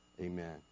amen